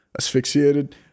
Asphyxiated